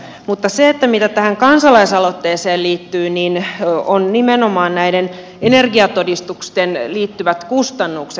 mutta se mikä tähän kansalaisaloitteeseen liittyy on nimenomaan näihin energiatodistuksiin liittyvät kustannukset